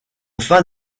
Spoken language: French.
fin